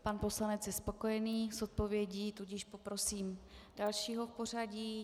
Pan poslanec je spokojený s odpovědí, tudíž poprosím dalšího v pořadí.